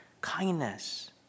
kindness